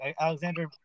Alexander